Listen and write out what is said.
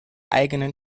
eigenen